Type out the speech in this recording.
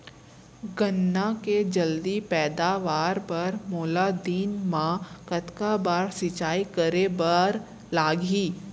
गन्ना के जलदी पैदावार बर, मोला दिन मा कतका बार सिंचाई करे बर लागही?